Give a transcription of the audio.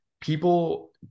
people